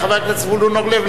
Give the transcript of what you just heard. לחבר הכנסת זבולון אורלב,